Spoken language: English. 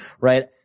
right